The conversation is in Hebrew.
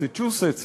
מסצ'וסטס,